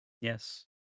Yes